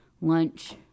lunch